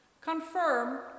Confirm